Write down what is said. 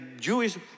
Jewish